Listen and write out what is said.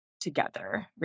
together